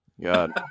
God